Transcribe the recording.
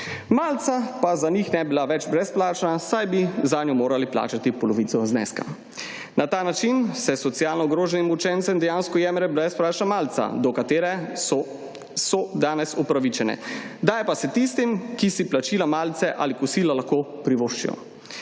Malica pa za njih ne bi bila več brezplačna, saj bi zanjo morali plačati polovico zneska. Na ta način se socialno ogroženim učencem dejansko jemlje brezplačna malica do katere so danes upravičeni. Daje pa se tistim ki si plačila malice ali kosila lahko privoščijo,